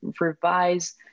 revise